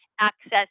access